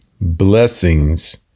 blessings